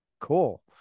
cool